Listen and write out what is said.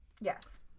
Yes